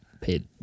paid